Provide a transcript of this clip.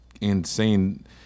insane